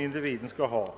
individens skatt.